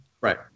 right